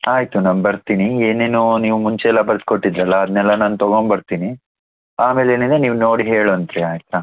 ಆಯಿತು ನಾನು ಬರ್ತೀನಿ ಏನೇನೋ ನೀವು ಮುಂಚೆ ಎಲ್ಲ ಬರೆದು ಕೊಟ್ಟಿದ್ದಿರಲ್ಲ ಅದನ್ನೆಲ್ಲ ನಾನು ತಗೊಂಬರ್ತಿನಿ ಆಮೇಲೆ ಏನಿದೆ ನೀವು ನೋಡಿ ಹೇಳುವಂತ್ರಿ ಆಯಿತಾ